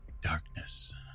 Darkness